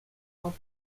sont